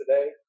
today